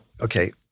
okay